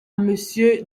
monsieur